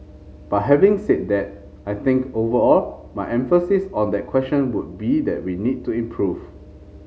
but having said that I think overall my emphasis on that question would be that we need to improve